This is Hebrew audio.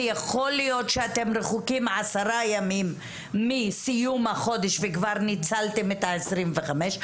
ויכול להיות שאתם רחוקים עשרה ימים מסיום החודש וכבר ניצלתם את ה-25.